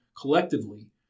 collectively